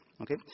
okay